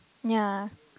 ya